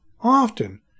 often